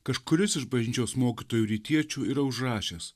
kažkuris iš bažnyčios mokytojų rytiečių yra užrašęs